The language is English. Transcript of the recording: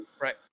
Right